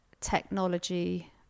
technology